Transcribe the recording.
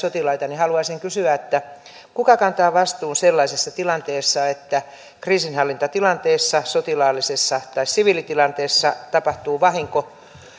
sotilaita niin haluaisin kysyä kuka kantaa vastuun sellaisessa tilanteessa että kriisinhallintatilanteessa sotilaallisessa tai siviilitilanteessa tapahtuu vahinko